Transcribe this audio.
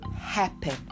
happen